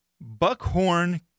Buckhorn